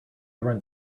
run